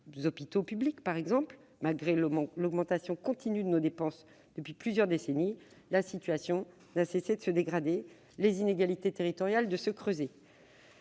hôpitaux publics : malgré l'augmentation continue de nos dépenses depuis plusieurs décennies, la situation n'a cessé de se dégrader et les inégalités territoriales n'ont cessé